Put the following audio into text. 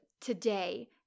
today